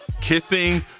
kissing